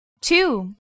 Two